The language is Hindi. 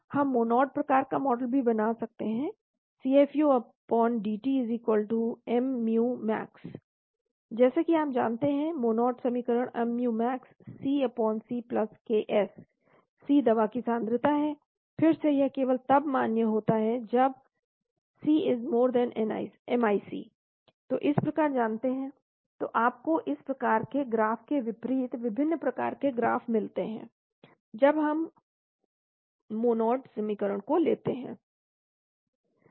हम मोनॉड प्रकार का मॉडल भी बना सकते हैं CFUdt mu max जैसा कि आप जानते हैं मोनोड समीकरण mu max CCKs C दवा की सांद्रता है फिर से यह केवल तब मान्य होता है जब CMIC तो इस प्रकार जानते हैं तो आपको इस प्रकार के ग्राफ़ के विपरीत विभिन्न प्रकार के ग्राफ़ मिलते हैं जब हम मोनोड समीकरण को लेते हैं